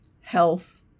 health